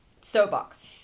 Soapbox